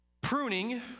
Pruning